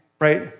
right